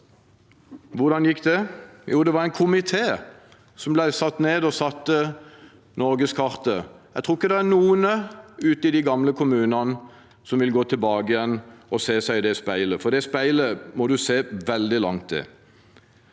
Hvordan gikk det? Jo, det ble satt ned en komité som bestemte norgeskartet. Jeg tror ikke det er noen ute i de gamle kommunene som vil gå tilbake og se seg i det speilet, for det speilet må man se veldig langt i.